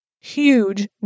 huge